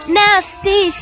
nasty